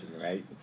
right